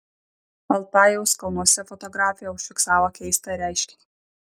altajaus kalnuose fotografė užfiksavo keistą reiškinį